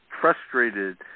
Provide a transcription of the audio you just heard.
frustrated